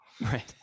Right